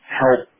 help